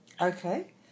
Okay